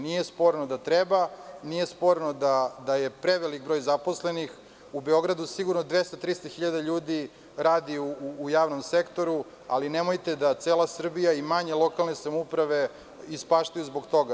Nije sporno da treba, nije sporno da je preveliki broj zaposlenih, u Beogradu sigurno 200.000 – 300.000 ljudi radi u javnom sektoru, ali nemojte da cela Srbija i manje lokalne samouprave ispaštaju zbog toga.